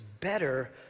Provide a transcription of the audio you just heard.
better